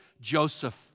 Joseph